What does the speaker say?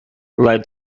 led